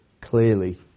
clearly